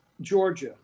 Georgia